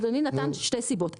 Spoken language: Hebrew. אדוני נתן יש שתי סיבות,